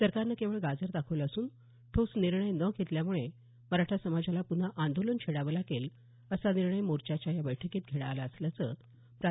सरकारनं केवळ गाजर दाखवलं असून ठोस निर्णय न घेतल्यामुळे मराठा समाजाला प्न्हा आंदोलन छेडावं लागेल असा निर्णय मोर्चाच्या या बैठकीत घेण्यात आला असल्याचं प्रा